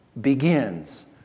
begins